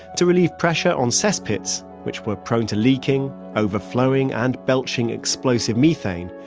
to relieve pressure on cesspits, which were prone to leaking, overflowing, and belching explosive methane,